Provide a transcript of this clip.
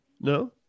No